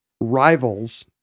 rivals